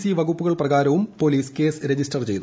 C വകപ്പുകൾ പ്രകാരവും police case register ചെയ്തു